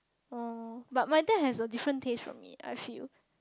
oh but my dad has a different taste from me I feel